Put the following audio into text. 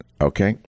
okay